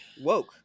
woke